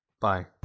Bye